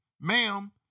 ma'am